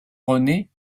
rené